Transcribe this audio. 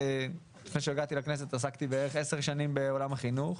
לפני שהגעתי לכנסת עסקתי בערך עשר שנים בעולם החינוך,